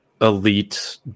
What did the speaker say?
elite